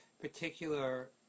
particular